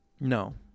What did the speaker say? no